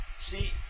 see